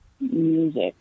music